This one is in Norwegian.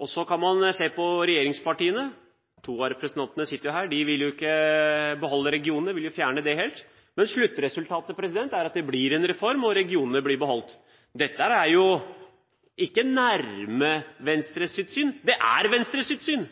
er. Så kan man se på regjeringspartiene – to av representantene sitter her. De vil ikke beholde regionene, de vil fjerne det helt. Men sluttresultatet er at det blir en reform, og regionene blir beholdt. Dette er ikke nærme Venstres syn, det er Venstres syn.